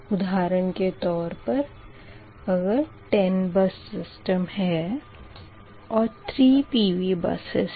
उधारण के तौर पर अगर 10 बस सिस्टम है और 3 PV बसस है